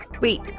Wait